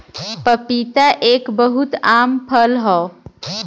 पपीता एक बहुत आम फल हौ